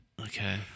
Okay